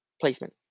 placement